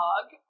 dog